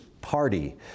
Party